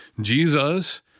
Jesus